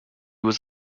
was